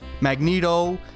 Magneto